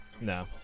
no